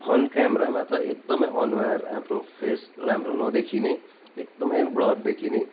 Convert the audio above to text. front क्यामरामा त एकदमै अनुहार आफ्नु फेस राम्रो नदेखिने एकदमै ब्लर देखिने